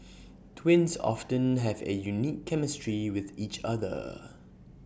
twins often have A unique chemistry with each other